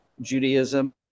Judaism